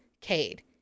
Cade